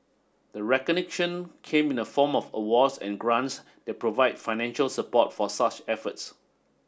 the recognition came in the form of awards and grants that provide financial support for such efforts